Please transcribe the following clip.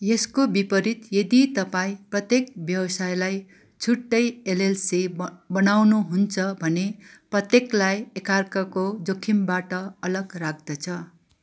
यसको विपरित यदि तपाईँँ प्रत्येक व्यवसायलाई छुट्टै एलएलसी ब बनाउनुहुन्छ भने प्रत्येकलाई एकार्काको जोखिमबाट अलग राख्दछ